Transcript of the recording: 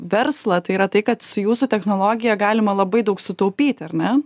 verslą tai yra tai kad su jūsų technologija galima labai daug sutaupyti ar ne